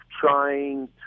trying